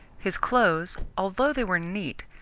his clothes, although they were neat,